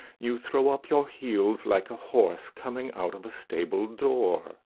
you throw up your heels like a horse coming out of a stable-door.